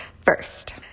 first